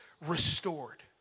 restored